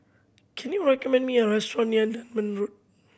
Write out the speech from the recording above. can you recommend me a restaurant near Dunman Road